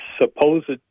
supposed